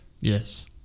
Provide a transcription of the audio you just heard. yes